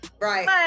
Right